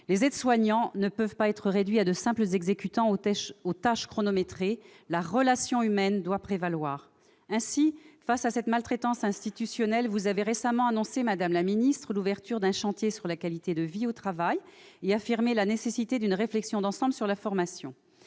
Les aides-soignants ne peuvent pas être réduits à de simples exécutants aux tâches chronométrées. La relation humaine doit prévaloir. Ainsi, face à cette « maltraitance institutionnelle », vous avez récemment annoncé, madame la ministre, l'ouverture d'un « chantier sur la qualité de vie au travail » et affirmé « la nécessité d'une réflexion d'ensemble sur la formation